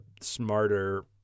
smarter